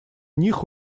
них